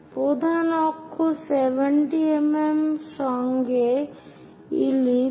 প্রধান অক্ষ 70 mm সঙ্গে ইলিপস